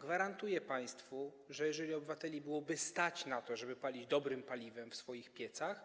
Gwarantuję państwu, że jeżeli obywateli byłoby stać na to, żeby palić dobrym paliwem w swoich piecach,